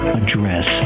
address